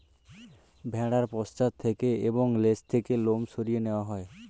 ভেড়ার পশ্চাৎ থেকে এবং লেজ থেকে লোম সরিয়ে নেওয়া হয়